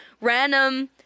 random